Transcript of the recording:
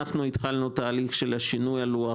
אנחנו התחלנו תהליך של שינוי הלוח